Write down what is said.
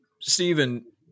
Stephen